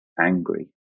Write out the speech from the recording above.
angry